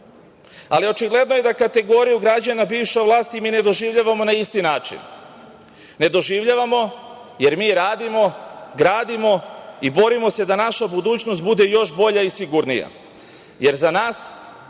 Ali, očigledno je da kategoriju građana bivša vlast i mi ne doživljavamo na isti način. Ne doživljavamo, jer mi radimo, gradimo i borimo se da naša budućnost još bolja i sigurnija,